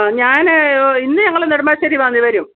ഞാൻ ഇന്ന് ഞങ്ങൾ നെടുമ്പാശ്ശേരിവന്നു വരും